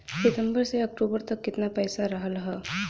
सितंबर से अक्टूबर तक कितना पैसा रहल ह?